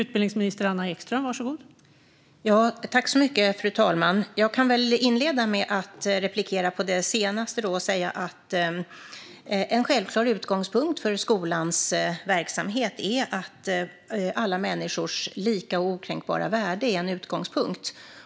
Fru talman! Jag kan inleda med att replikera på det senaste och säga att en självklar utgångspunkt för skolans verksamhet är alla människors lika och okränkbara värde.